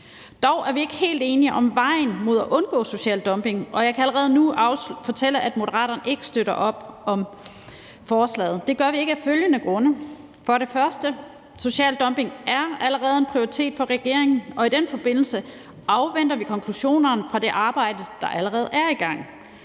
Dog er vi ikke helt enige om vejen til at undgå social dumping, og jeg kan allerede nu fortælle, at Moderaterne ikke støtter op om forslaget. Det gør vi ikke af følgende grunde: For det første er social dumping allerede en prioritet for regeringen, og i den forbindelse afventer vi konklusionerne af det arbejde, der allerede er i gang.